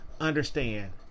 understand